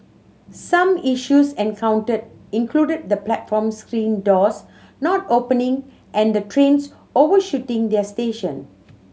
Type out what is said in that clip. some issues encountered included the platform screen doors not opening and the trains overshooting their station